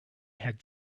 had